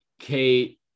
Kate